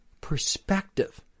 perspective